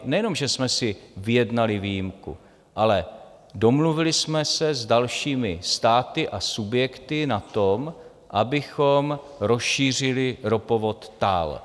Nejenom že jsme si vyjednali výjimku, ale domluvili jsme se s dalšími státy a subjekty na tom, abychom rozšířili ropovod TAL.